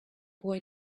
boy